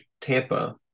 Tampa